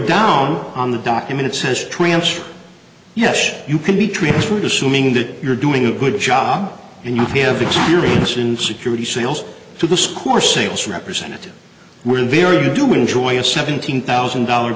down on the document it says transfer yes you can be transferred assuming that you're doing a good job and you have experience in security sales to score sales representatives were very do enjoy a seventeen thousand dollar